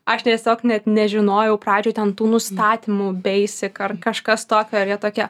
aš tiesiog net nežinojau pradžioj ten tų nustatymų baisik ar kažkas tokio ar jie tokie